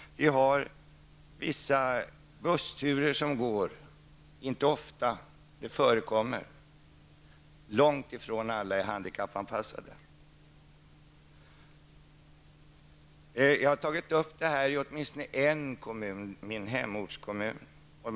Vissa bussturer går, men inte ofta, men de förekommer. Och långtifrån alla bussar är handikappanpassade. Jag har tagit upp detta i åtminstone en kommun, nämligen min hemortskommun.